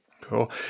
cool